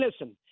listen